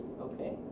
okay